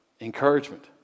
encouragement